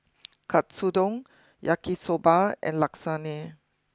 Katsudon Yaki Soba and Lasagne